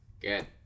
good